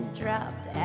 dropped